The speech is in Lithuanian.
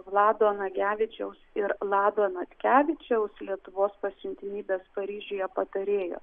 vlado nagevičiaus ir lado natkevičiaus lietuvos pasiuntinybės paryžiuje patarėjo